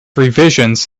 revisions